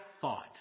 thought